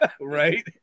Right